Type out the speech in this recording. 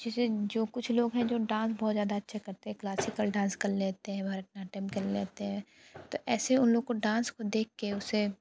जिसे जो कुछ लोग हैं जो डांस बहुत ज़्यादा अच्छा करते क्लासिकल डांस कर लेते हैं भरतनाट्यम कर लेते हैं तो ऐसे उन लोगो को डांस को देख कर उसे